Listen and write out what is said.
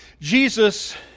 Jesus